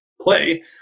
play